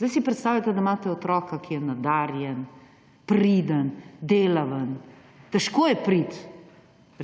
Zdaj si predstavljajte, da imate otroka, ki je nadarjen, priden, delaven. Težko je priti,